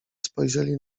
spojrzeli